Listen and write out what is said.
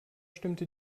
stimmte